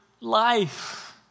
life